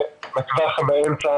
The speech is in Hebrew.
והטווח באמצע,